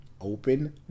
Open